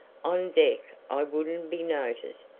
on deck i wouldn't be noticed,